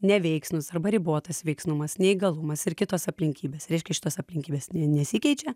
neveiksnūs arba ribotas veiksnumas neįgalumas ir kitos aplinkybės reiškia šitos aplinkybės nesikeičia